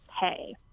pay